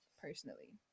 personally